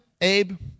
Abe